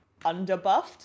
underbuffed